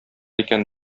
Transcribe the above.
икән